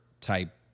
type